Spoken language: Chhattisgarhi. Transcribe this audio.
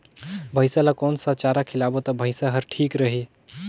भैसा ला कोन सा चारा खिलाबो ता भैंसा हर ठीक रही?